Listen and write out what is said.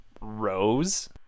Rose